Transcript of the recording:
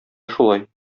шулай